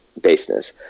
baseness